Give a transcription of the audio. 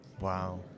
Wow